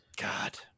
God